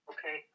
Okay